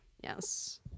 Yes